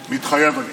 מתחייב אני